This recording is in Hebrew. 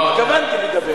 התכוונתי לדבר.